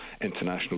international